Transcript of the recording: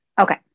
Okay